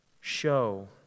show